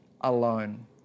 Alone